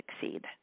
succeed